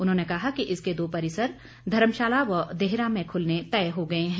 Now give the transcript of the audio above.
उन्होंने कहा कि इसके दो परिसर धर्मशाला व देहरा में खुलने तय हो गए हैं